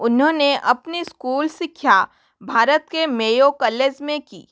उन्होंने अपनी स्कूल शिक्षा भारत के मेयो कॉलेज में की